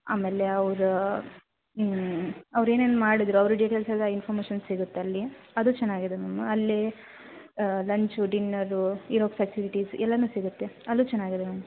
ಆಮೇಲೆ ಅವ್ರ ಅವ್ರು ಏನೇನು ಮಾಡಿದ್ದರೋ ಅವ್ರ ಡಿಟೈಲ್ಸ್ ಎಲ್ಲ ಇನ್ಫೋಮೆಷನ್ ಸಿಗತ್ತೆ ಅಲ್ಲಿ ಅದು ಚೆನ್ನಾಗಿದೆ ಮ್ಯಾಮ್ ಅಲ್ಲಿ ಲಂಚು ಡಿನ್ನರು ಇರೋಕ್ಕೆ ಫೆಸಿಲಿಟೀಸ್ ಎಲ್ಲಾನೂ ಸಿಗುತ್ತೆ ಅದು ಚೆನ್ನಾಗಿದೆ ಮ್ಯಾಮ್